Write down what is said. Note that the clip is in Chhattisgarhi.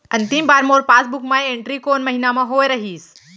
अंतिम बार मोर पासबुक मा एंट्री कोन महीना म होय रहिस?